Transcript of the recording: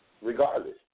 regardless